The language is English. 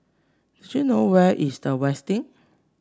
do you know where is The Westin